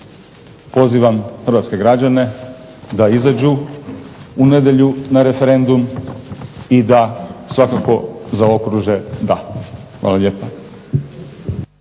pozivam hrvatske građane da izađu u nedjelju na referendum i da svakako zaokruže "da". Hvala lijepa.